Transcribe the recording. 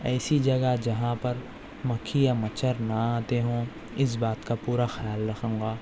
ایسی جگہ جہاں پر مکھی یا مچھر نہ آتے ہوں اِس بات کا پورا خیال رکھوں گا